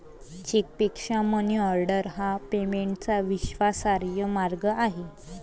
चेकपेक्षा मनीऑर्डर हा पेमेंटचा विश्वासार्ह मार्ग आहे